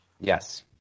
Yes